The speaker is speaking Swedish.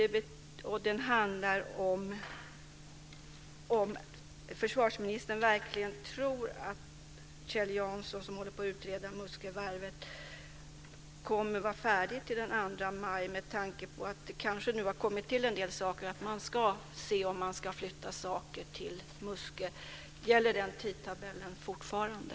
Tror verkligen försvarsministern att Kjell Jansson, som håller på att utreda Muskövarvet, kommer att vara färdig till den 2 maj med tanke på att det nu kanske har kommit till en del saker? Man ska undersöka om man ska flytta verksamheter till Muskö. Gäller den tidtabellen fortfarande?